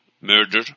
murder